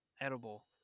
edible